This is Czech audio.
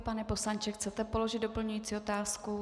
Pane poslanče, chcete položit doplňující otázku?